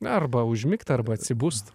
arba užmigt arba atsibust